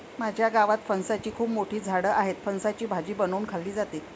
माझ्या गावात फणसाची खूप मोठी झाडं आहेत, फणसाची भाजी बनवून खाल्ली जाते